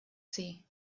sea